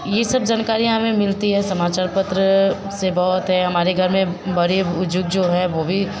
यह सब जानकारियाँ हमें मिलती है समाचार पत्र से बहुत हैं हमारे घर में बरे बुज़ुर्ग जो हैं वे भी